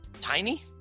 tiny